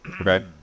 okay